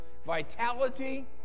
Vitality